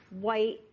white